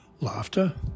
Laughter